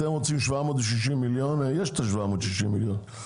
אתם רוצים 760 מיליון, יש את ה-760 מיליון.